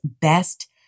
best